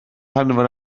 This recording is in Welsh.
hanfon